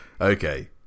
Okay